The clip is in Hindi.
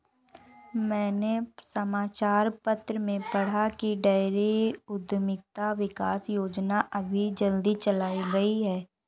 मैंने समाचार पत्र में पढ़ा की डेयरी उधमिता विकास योजना अभी जल्दी चलाई गई है